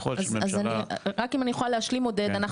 היכולת של הממשלה --- רק אם אני אוכל להשלים עודד,